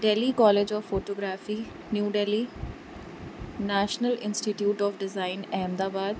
Delhi college of photography new Delhi national institute of design Ahmedabad